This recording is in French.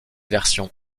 versions